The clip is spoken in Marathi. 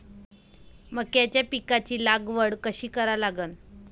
मक्याच्या पिकाची लागवड कशी करा लागन?